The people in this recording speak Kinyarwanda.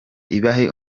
ibahe